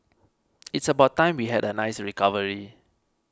it's about time we had a nice recovery